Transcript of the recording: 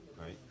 right